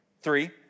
Three